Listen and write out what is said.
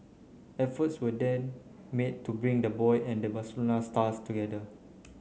efforts were then made to bring the boy and the Barcelona star together